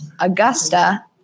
augusta